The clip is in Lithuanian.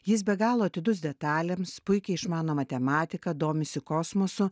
jis be galo atidus detalėms puikiai išmano matematiką domisi kosmosu